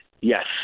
Yes